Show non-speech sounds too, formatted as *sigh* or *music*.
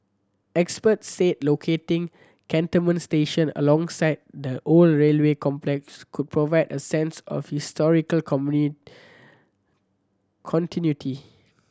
experts said locating Cantonment station alongside the old railway complex could provide a sense of historical *unintelligible* continuity